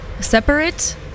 separate